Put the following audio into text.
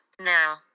now